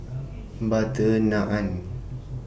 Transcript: Butter Naan